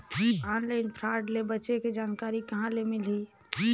Online fraud ले बचे के जानकारी कहां ले मिलही?